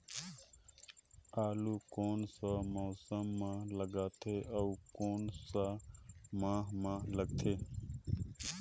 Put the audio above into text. आलू कोन सा मौसम मां लगथे अउ कोन सा माह मां लगथे?